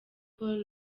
paul